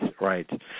right